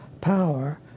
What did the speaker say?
power